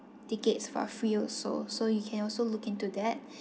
tickets for free also so you can also look into that